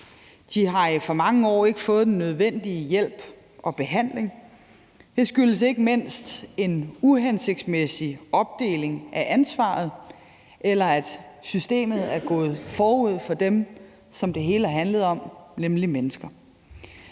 De har i for mange år ikke fået den nødvendige hjælp og behandling. Det skyldes ikke mindst en uhensigtsmæssig opdeling af ansvaret, og at systemet er gået forud for dem, som det hele handlede om, nemlig mennesker.